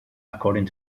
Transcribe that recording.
according